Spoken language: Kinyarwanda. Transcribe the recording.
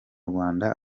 rwanda